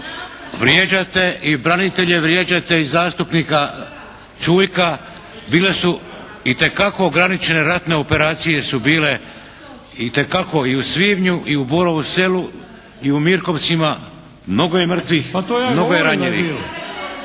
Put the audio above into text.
Vrijeđate i branitelje, vrijeđate i zastupnika Čuljka. Bile su itekako ograničene ratne operacije su bile, itekako. I u svibnju i u Borovu Selu i u Mirkovcima. Mnogo je mrtvih, mnogo je ranjenih.